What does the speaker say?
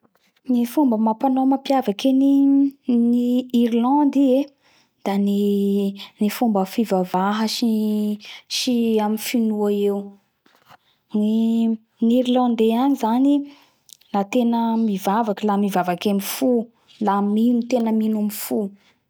Ny fomba amampanao mapiavaky any iii irlandy i e da ny fomba fivavaha sy sy amy finoa eo; gny gny Irlandais agny zany i da tena mivavaky la mivavaky amy fo la mino tena mino amy fo